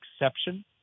exception